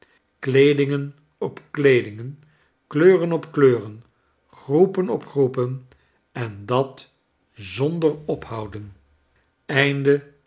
kleedingen op kleedingen kleuren op kleuren groepen op groepen en dat zonder ophouden